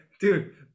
dude